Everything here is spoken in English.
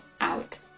out